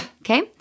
Okay